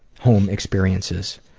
home experiences.